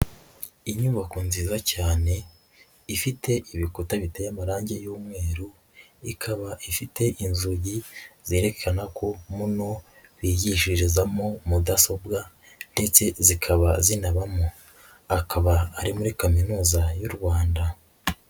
Inyubako nziza cyane, ifite ibikuta biteye amarange y'umweru, ikaba ifite inzugi zerekana ko muno bigishirizamo mudasobwa ndetse zikaba zinabamo, akaba ari muri kaminuza y'u Rwanda.